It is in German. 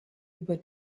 über